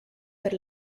per